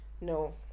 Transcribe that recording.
No